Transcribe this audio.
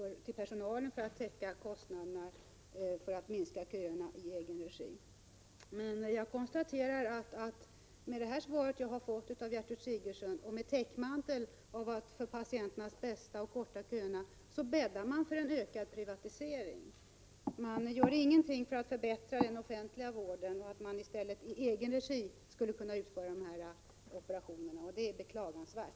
1987/88:33 kostnaderna för personalen och minska köerna när det gäller vård i egen regi. 27 november 1987 Jag kan konstatera att med det svar jag har fått av Gertrud Sigurdsen så == Zag go bäddar man, under täckmantel av att man skall korta köerna för patienternas bästa, för en ökad privatisering. Man gör inget för att förbättra den offentliga vården och för att personalen i stället i egen regi skulle kunna utföra dessa operationer. Det är beklagligt.